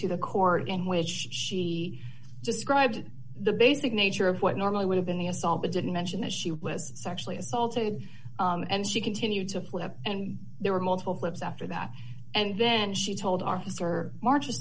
to the court in which she described the basic nature of what normally would have been the us all but didn't mention that she was sexually assault and she continued to flip and there were multiple flips after that and then she told our officer marches